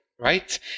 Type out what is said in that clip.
Right